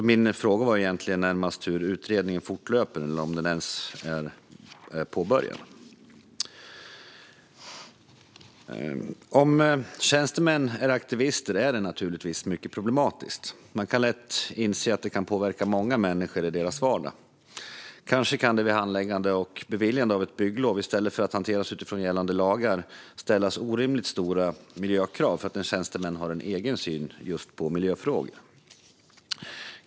Min fråga var egentligen närmast hur utredningen fortlöper eller om den ens är påbörjad. Om tjänstemän är aktivister är det naturligtvis mycket problematiskt. Man kan lätt inse att det kan påverka många människor i deras vardag. Kanske kan det vid handläggande och beviljande av ett bygglov, i stället för att ansökan hanteras utifrån gällande lagar, ställas orimligt stora miljökrav för att en tjänsteman har en egen syn på just miljöfrågor.